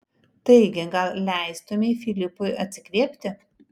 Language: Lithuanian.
taigi gal leistumei filipui atsikvėpti